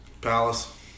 Palace